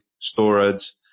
storage